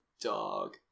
dog